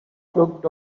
looked